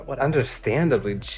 Understandably